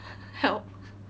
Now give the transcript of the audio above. help